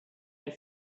had